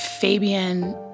Fabian